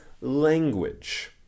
language